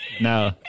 no